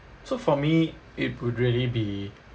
so for me it would really be